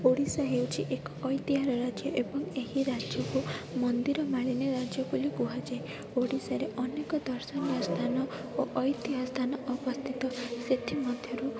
ଓଡ଼ିଶା ହେଉଛି ଏକ ଐତିହାର ରାଜ୍ୟ ଏବଂ ଏହି ରାଜ୍ୟକୁ ମନ୍ଦିରମାଳିନୀ ରାଜ୍ୟ ବୋଲି କୁହାଯାଏ ଓଡ଼ିଶାରେ ଅନେକ ଦର୍ଶନୀୟ ସ୍ଥାନ ଓ ଐତିହ ସ୍ଥାନ ଅବସ୍ଥିତ ସେଥିମଧ୍ୟରୁ